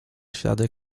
ślady